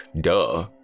duh